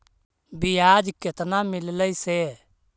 बियाज केतना मिललय से?